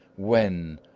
when,